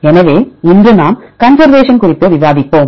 எனவே இன்று நாம் கன்சர்வேஷன் குறித்து விவாதிப்போம்